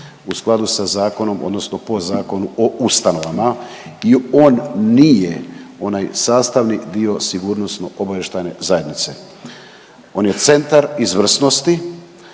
u skladu sa zakonom odnosno po Zakonu o ustanovama i on nije onaj sastavni dio sigurnosno obavještajne zajednice. On je centar izvrsnosti